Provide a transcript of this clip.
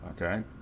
okay